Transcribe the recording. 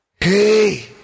hey